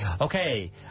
Okay